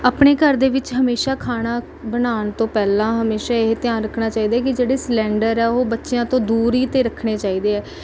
ਆਪਣੇ ਘਰ ਦੇ ਵਿੱਚ ਹਮੇਸ਼ਾ ਖਾਣਾ ਬਣਾਉਣ ਤੋਂ ਪਹਿਲਾਂ ਹਮੇਸ਼ਾ ਇਹ ਧਿਆਨ ਰੱਖਣਾ ਚਾਹੀਦਾ ਕਿ ਜਿਹੜੇ ਸਿਲੰਡਰ ਹੈ ਉਹ ਬੱਚਿਆਂ ਤੋਂ ਦੂਰੀ ਤੇ ਰੱਖਣੇ ਚਾਹੀਦੇ ਹੈ